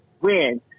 win